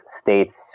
states